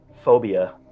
phobia